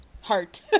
heart